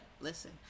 listen